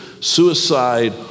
Suicide